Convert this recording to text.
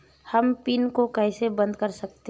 हम पिन को कैसे बंद कर सकते हैं?